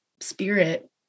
spirit